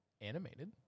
animated